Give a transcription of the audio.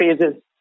phases